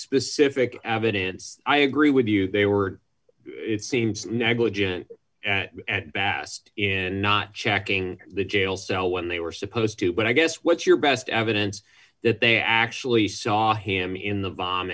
specific evidence i agree with you they were it seems negligent and bast in not checking the jail cell when they were supposed to but i guess what's your best evidence that they actually saw him in the